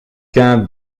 qu’un